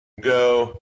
go